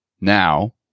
Now